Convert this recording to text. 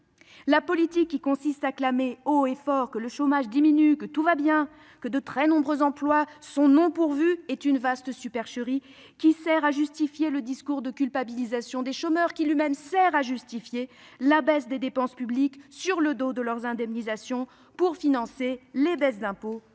La politique consistant à clamer haut et fort que le chômage diminue, que tout va bien, que de très nombreux emplois ne sont pas pourvus est une vaste supercherie. Elle sert à justifier le discours de culpabilisation des chômeurs, qui lui-même sert à justifier la baisse des dépenses publiques au détriment de leurs indemnisations, et ce pour financer les baisses d'impôts